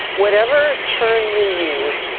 whatever term you use,